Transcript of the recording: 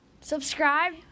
Subscribe